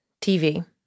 TV